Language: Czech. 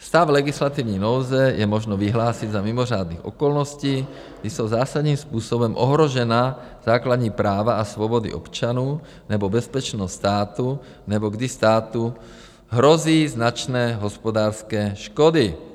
Stav legislativní nouze je možno vyhlásit za mimořádných okolností, kdy jsou zásadním způsobem ohrožena základní práva a svobody občanů nebo bezpečnost státu nebo kdy státu hrozí značné hospodářské škody.